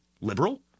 liberal